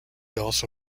also